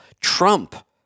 Trump